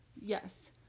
Yes